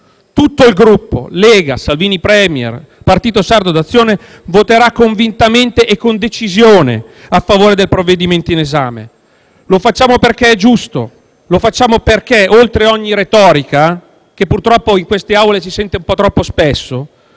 tutto il Gruppo Lega-Salvini Premier-Partito Sardo d'Azione voterà convintamente e con decisione a favore del provvedimento in esame. Lo facciamo perché è giusto e perché, oltre ogni retorica (che, purtroppo, in queste Aule si sente un po' troppo spesso),